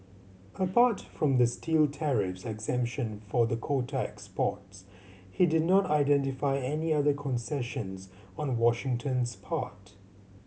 apart from the steel tariffs exemption for the quota exports he did not identify any other concessions on Washington's part